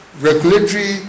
regulatory